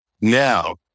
Now